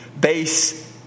base